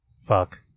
Fuck